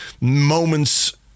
moments